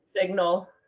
signal